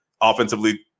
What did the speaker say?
offensively